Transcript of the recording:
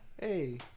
Hey